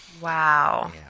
Wow